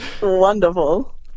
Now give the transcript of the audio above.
Wonderful